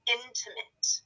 intimate